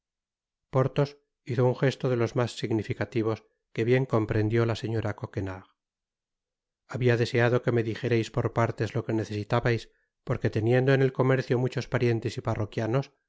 porthos hizo un gesto de los mas significativos que bien comprendió la señora coquenard habia deseado que me dijerais por partes lo que necesitabais porque teniendo en el comercio muchos parientes y parroquianos